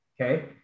Okay